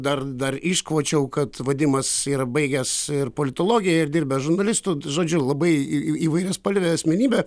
dar dar iškvočiau kad vadimas yra baigęs ir politologiją ir dirbęs žurnalistu žodžiu labai į įvairiaspalvė asmenybė